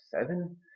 seven